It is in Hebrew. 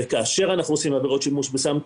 כאשר אנחנו עושים עבירות שימוש בסם,